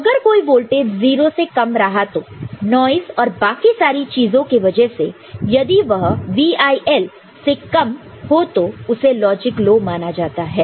अगर कोई वोल्टेज 0 से कम रहा तो नॉइस और बाकी सारी चीजों के वजह से यदि वह VIL से कम रहा तो उसे लॉजिक लो माना जाता है